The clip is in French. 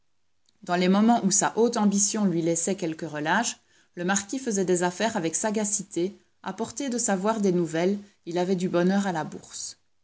dans les moments où sa haute ambition lui laissait quelque relâche le marquis faisait des affaires avec sagacité à portée de savoir des nouvelles il avait du bonheur à la bourse